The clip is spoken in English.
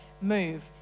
move